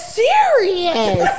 serious